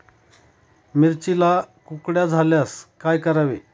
मिरचीला कुकड्या झाल्यास काय करावे?